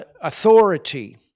authority